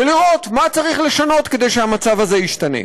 ולראות מה צריך לשנות כדי שהמצב הזה ישתנה.